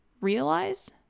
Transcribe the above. Realize